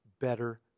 better